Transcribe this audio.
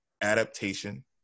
adaptation